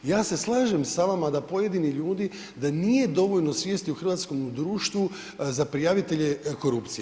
Ja se slažem sa vama da pojedini ljudi, da nije dovoljno svijesti u hrvatskom društvu za prijavitelje korupcije.